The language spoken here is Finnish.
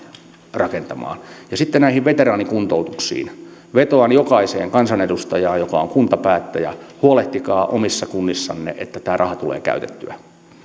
rakentamaan ja sitten näihin veteraanikuntoutuksiin vetoan jokaiseen kansanedustajaan joka on kuntapäättäjä huolehtikaa omissa kunnissanne että tämä raha tulee käytettyä